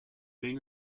been